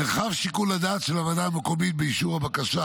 מרחב שיקול הדעת של הוועדה המקומית באישור בקשה